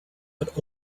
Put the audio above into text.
but